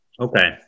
Okay